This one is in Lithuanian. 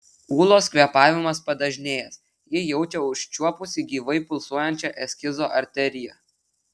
ūlos kvėpavimas padažnėjęs ji jaučia užčiuopusi gyvai pulsuojančią eskizo arteriją